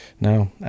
No